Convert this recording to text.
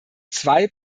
zwei